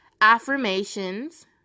affirmations